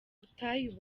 butayu